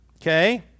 Okay